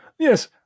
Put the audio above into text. Yes